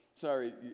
sorry